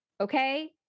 okay